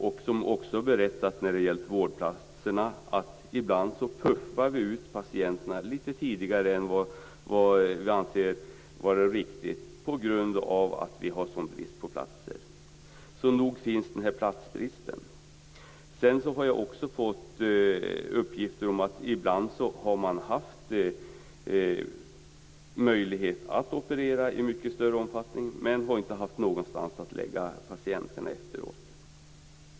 På grund av bristen på vårdplatser har man ibland skrivit ut patienter för tidigt. Så nog finns det en platsbrist. Jag har fått uppgifter om att man ibland har haft möjlighet att operera i mycket större omfattning, men man har inte haft några sängplatser till patienterna efteråt.